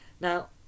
Now